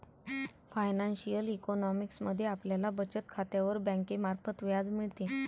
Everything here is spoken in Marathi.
फायनान्शिअल इकॉनॉमिक्स मध्ये आपल्याला बचत खात्यावर बँकेमार्फत व्याज मिळते